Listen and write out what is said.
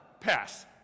pass